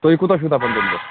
تُہۍ کوٗتاہ چھُو دَپان